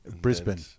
Brisbane